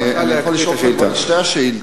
אני יכול לשאול את שתי השאילתות,